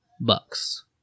bucks